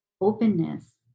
openness